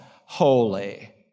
holy